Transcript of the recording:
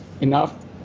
enough